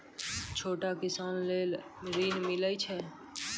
छोटा किसान लेल ॠन मिलय छै?